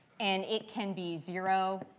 and it can be zero,